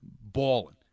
balling